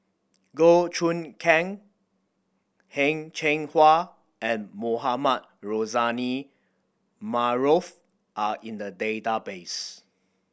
Goh Choon Kang Heng Cheng Hwa and Mohamed Rozani Maarof are in the database